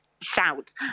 shout